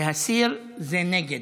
להסיר זה נגד.